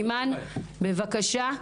אימאן, בבקשה.